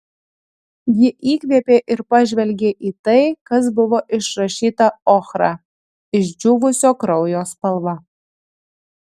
ji įkvėpė ir pažvelgė į tai kas buvo išrašyta ochra išdžiūvusio kraujo spalva